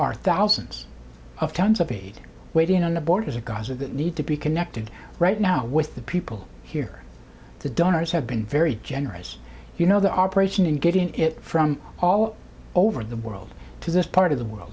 are thousands of tons of aid waiting on the borders of gaza that need to be connected right now with the people here the donors have been very generous you know the operation and getting it from all over the world to this part of the world